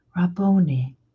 Rabboni